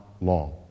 long